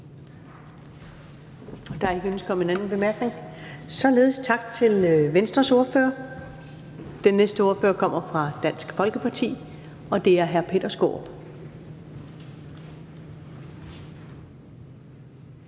tak til Venstres ordfører. Den næste ordfører kommer fra Dansk Folkeparti, og det er hr. Peter Skaarup.